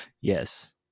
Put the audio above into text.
Yes